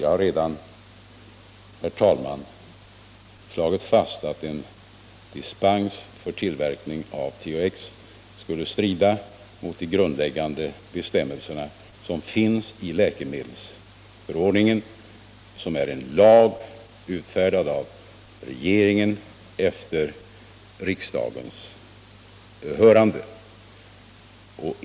Jag har redan, herr talman, slagit fast att en dispens för tillverkning av THX skulle strida mot de grundläggande bestämmelser som finns i läkemedelsförordningen, som är en lag utfärdad av regeringen efter riksdagens hörande.